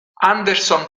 anderson